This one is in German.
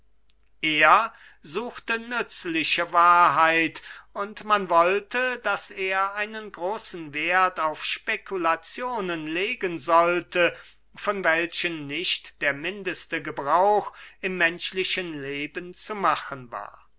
er suchte nützliche wahrheit und man wollte daß er einen großen werth auf spekulazionen legen sollte von welchen nicht der mindeste gebrauch im menschlichen leben zu machen war